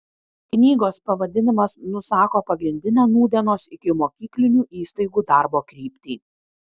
knygos pavadinimas nusako pagrindinę nūdienos ikimokyklinių įstaigų darbo kryptį